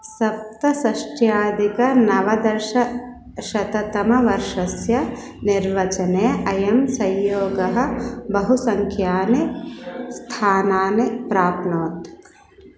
सप्तषष्ट्याधिकनवदशशततमवर्षस्य निर्वचने अयं संयोगः बहुसङ्ख्यानि स्थानानि प्राप्नोत्